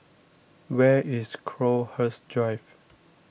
where is Crowhurst Drive